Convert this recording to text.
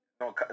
No